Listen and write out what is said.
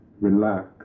relax